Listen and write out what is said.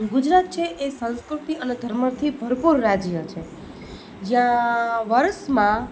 ગુજરાત છે એ સંસ્કૃતિ અને ધર્મથી ભરપૂર રાજ્ય છે જ્યાં વર્ષમાં